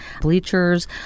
bleachers